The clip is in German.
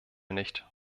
nicht